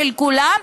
של כולם,